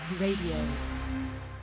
radio